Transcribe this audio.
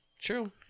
True